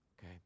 Okay